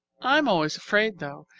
i'm always afraid, though,